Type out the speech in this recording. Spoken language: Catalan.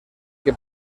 que